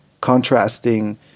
contrasting